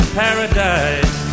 paradise